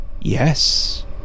Yes